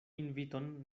inviton